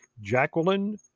Jacqueline